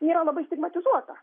yra labai stigmatizuota